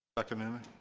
dr newnan